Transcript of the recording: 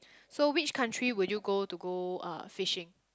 so which country would you go to go uh fishing